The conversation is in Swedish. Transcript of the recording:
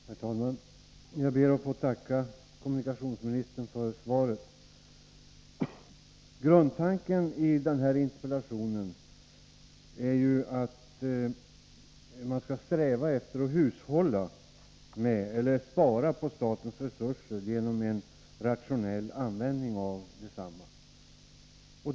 Herr talman! Jag ber att få tacka kommunikationsministern för svaret. Grundtanken i den här interpellationen är att man skall sträva efter att hushålla med statens resurser genom en rationell användning av desamma.